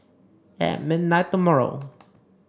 at midnight tomorrow